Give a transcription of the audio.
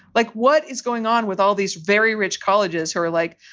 like what is going on with all these very rich colleges who are like,